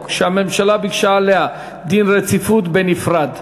שהממשלה ביקשה להחיל עליה דין רציפות בנפרד.